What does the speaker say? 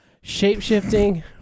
shape-shifting